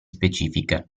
specifiche